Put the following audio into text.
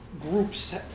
groups